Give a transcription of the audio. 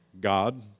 God